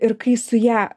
ir kai su ja